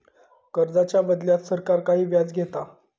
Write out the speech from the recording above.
कर्जाच्या बदल्यात सरकार काही व्याज घेता